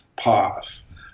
path